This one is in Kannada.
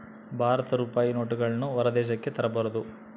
ಭಾರತದ ರೂಪಾಯಿ ನೋಟುಗಳನ್ನು ಹೊರ ದೇಶಕ್ಕೆ ತರಬಾರದು